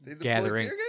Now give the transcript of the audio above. Gathering